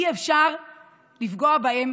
אי-אפשר לפגוע בהם